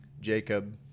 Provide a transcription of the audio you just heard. Jacob